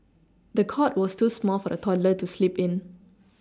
the cot was too small for the toddler to sleep in